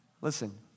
listen